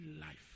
life